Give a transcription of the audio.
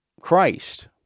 Christ